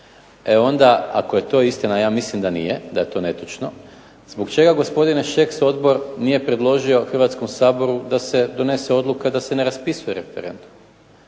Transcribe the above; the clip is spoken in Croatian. E onda ako je to istina, ja mislim da nije, da je to netočno, zbog čega gospodine Šeks odbor nije predložio Hrvatskom saboru da se donese odluka da se ne raspisuje referendum,